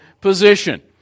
position